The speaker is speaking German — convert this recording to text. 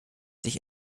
sich